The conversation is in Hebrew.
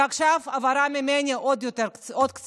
ועכשיו, הבהרה ממני, עוד בקצרה.